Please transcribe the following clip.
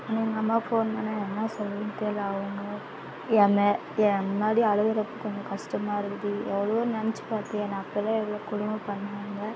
ஆனால் எங்கள் அம்மா ஃபோன் பண்ணால் என்ன சொல்லுறதுன்னு தெரில அவங்க என்ன ஏன் முன்னாடி அழுவுறப்போ கொஞ்சம் கஷ்டமா இருக்குது எவ்வளோ நினச்சி பார்த்தியா என்ன அப்போலாம் எவ்வளோ கொடுமை பண்ணாங்க